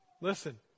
listen